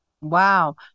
Wow